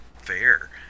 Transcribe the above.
fair